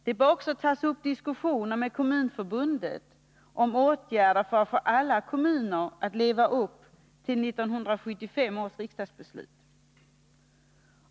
Diskussioner bör vidare föras med Kommunförbundet om åtgärder för att få alla kommuner att leva upp till 1975 års riksdagsbeslut.